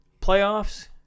playoffs